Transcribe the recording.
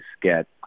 get